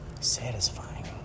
Satisfying